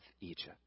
Egypt